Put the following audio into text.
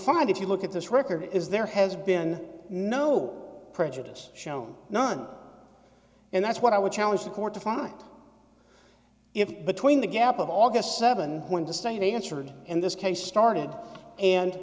find if you look at this record is there has been no prejudice shown none and that's what i would challenge the court to find if between the gap of august seven when the state answered and this case started and